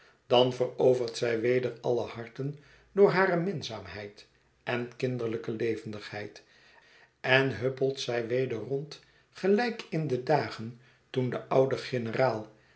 dan verovert zij weder alle harten door hare minzaamheid en kinderlijke levendigheid en huppelt zij weder rond gelijk in de dagen toen de oude generaal